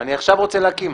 אני עכשיו רוצה להקים.